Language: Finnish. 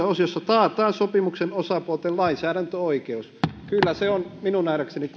osiossa taataan sopimuksen osapuolten lainsäädäntöoikeus kyllä se on minun nähdäkseni